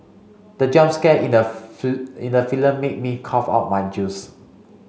the jump scare in the in the film made me cough out my juice